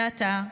ועתה,